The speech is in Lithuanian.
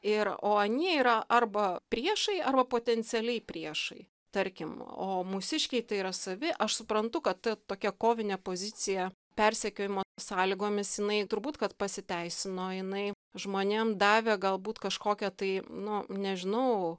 ir o anie yra arba priešai arba potencialiai priešai tarkim o mūsiškiai tai yra savi aš suprantu kad ta tokia kovinė pozicija persekiojimo sąlygomis jinai turbūt kad pasiteisino jinai žmonėm davė galbūt kažkokią tai nu nežinau